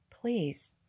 please